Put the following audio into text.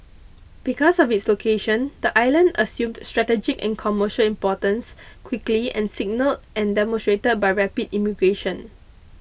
because of its location the island assumed strategic and commercial importance quickly and signalled and demonstrated by rapid immigration